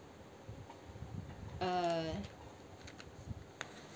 uh